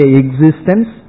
existence